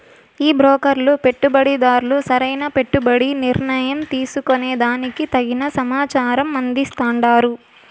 ఈ బ్రోకర్లు పెట్టుబడిదార్లు సరైన పెట్టుబడి నిర్ణయం తీసుకునే దానికి తగిన సమాచారం అందిస్తాండారు